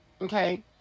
Okay